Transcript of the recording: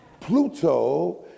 Pluto